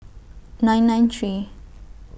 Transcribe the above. nine nine three